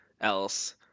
else